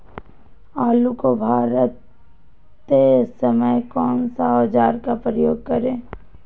आलू को भरते समय कौन सा औजार का प्रयोग करें?